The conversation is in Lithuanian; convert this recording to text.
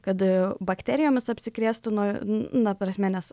kad bakterijomis apsikrėstų nuo na prasme nes